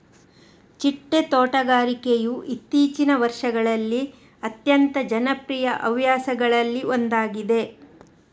ಚಿಟ್ಟೆ ತೋಟಗಾರಿಕೆಯು ಇತ್ತೀಚಿಗಿನ ವರ್ಷಗಳಲ್ಲಿ ಅತ್ಯಂತ ಜನಪ್ರಿಯ ಹವ್ಯಾಸಗಳಲ್ಲಿ ಒಂದಾಗಿದೆ